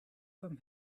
from